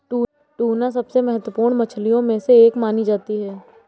tuna सबसे महत्त्वपूर्ण मछलियों में से एक मानी जाती है